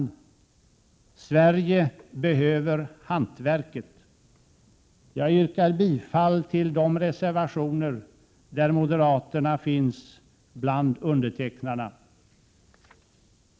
Sverige behöver hantverket. Jag yrkar bifall till de reservationer där moderaterna finns bland undertecknarna.